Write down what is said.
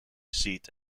seat